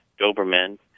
Doberman